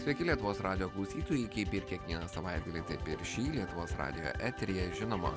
sveiki lietuvos radijo klausytojai kaip ir kiekvieną savaitgalį taip ir šį lietuvos radijo eteryje žinoma